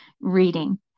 reading